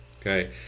Okay